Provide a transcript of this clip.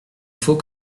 faut